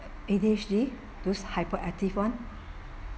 A_D_H_D those hyperactive [one]